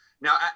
Now